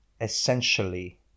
essentially